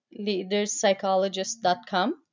leaderspsychologist.com